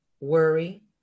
worry